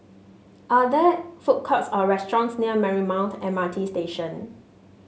are there food courts or restaurants near Marymount M R T Station